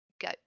go